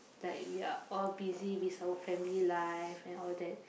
like we are all busy with our family life and all that